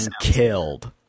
killed